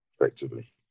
effectively